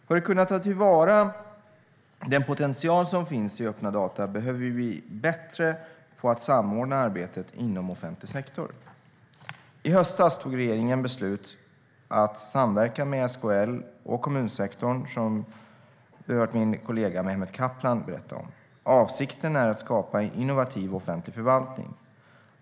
För att kunna ta till vara den potential som finns i öppna data behöver vi bli bättre på att samordna arbetet inom offentlig sektor. I höstas tog regeringen beslut om att samverka med SKL och kommunsektorn, vilket Erik Ottoson hört min kollega Mehmet Kaplan berätta om. Avsikten är att skapa en innovativ offentlig förvaltning.